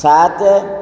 ସାତ